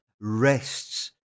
rests